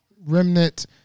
remnant